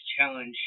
challenge